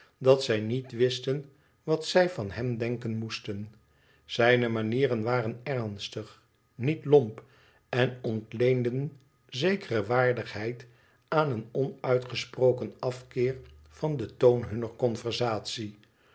dat zij niet wisten wat zij van hem denken moesten zijne manieren waren ernstig niet lomp en ontleenden zekere waardiglieid aan een onuitgesproken afkeer van den toon hunner